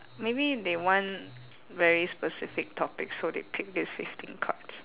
maybe they want very specific topics so they pick these fifteen cards